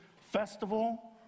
festival